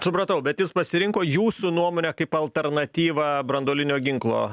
supratau bet jis pasirinko jūsų nuomone kaip alternatyvą branduolinio ginklo